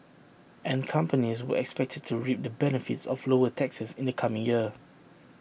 and companies were expected to reap the benefits of lower taxes in the coming year